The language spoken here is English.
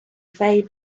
fay